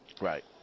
Right